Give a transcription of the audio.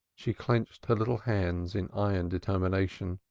she clenched her little hands in iron determination.